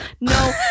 No